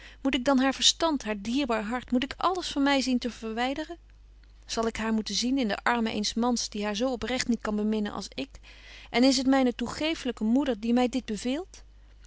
moet ik dan haar verstand haar dierbaar hart moet ik alles van my zien te verwyderen zal ik haar moeten zien in de armen eens mans die haar zo oprecht niet kan beminnen als ik en is het myne toegeeflyke moeder die my dit beveelt